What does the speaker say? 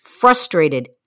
frustrated